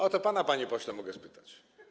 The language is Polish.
O to pana, panie pośle, mogę spytać.